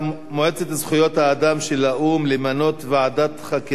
האדם של האו"ם למנות ועדת חקירה להתנחלויות,